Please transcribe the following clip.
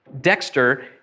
Dexter